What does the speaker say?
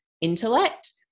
intellect